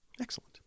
Excellent